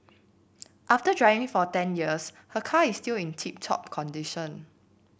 after driving for ten years her car is still in tip top condition